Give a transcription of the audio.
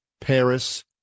Paris